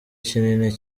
kinini